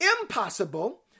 impossible